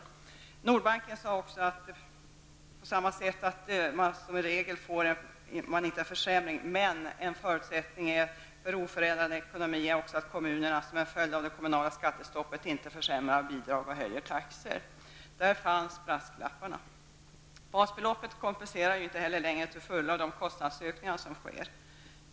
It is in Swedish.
Nyhetsbrev från Nordbanken sade man att pensionärer med låg pension i regel inte får någon försämring men att en förutsättning för oförändrad ekonomi också är att kommunerna -- som en följd av det kommunala skattestoppet -- inte försämrar bidrag och höjer taxor. Där fanns brasklapparna. Basbeloppshöjningen kompenserar inte längre till fullo de kostnadsökningar som skett.